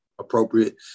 appropriate